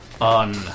on